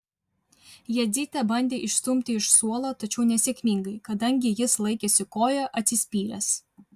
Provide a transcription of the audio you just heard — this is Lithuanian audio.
jadzytė bandė išstumti iš suolo tačiau nesėkmingai kadangi jis laikėsi koja atsispyręs